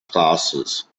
classes